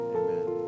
amen